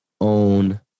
own